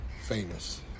famous